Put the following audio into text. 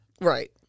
Right